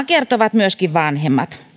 kertovat myöskin vanhemmat